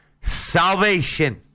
salvation